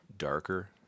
darker